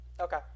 Okay